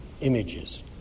images